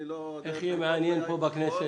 אני לא --- איך יהיה מעניין פה בכנסת?